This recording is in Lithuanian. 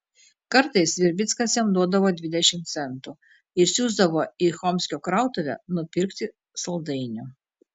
kartais virbickas jam duodavo dvidešimt centų ir siųsdavo į chomskio krautuvę nupirkti saldainių